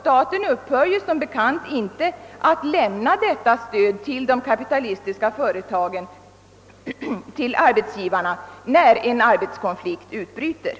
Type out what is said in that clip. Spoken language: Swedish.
Staten upphör som bekant inte heller att lämna detta stöd till de kapitalistiska företagen, till arbetsgi varna, när en arbetskonflikt utbryter.